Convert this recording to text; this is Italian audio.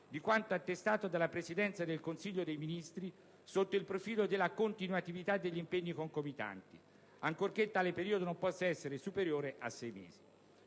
di quanto attestato dalla Presidenza del Consiglio dei ministri sotto il profilo della continuatività degli impegni concomitanti, ancorché tale periodo non possa essere superiore a sei mesi.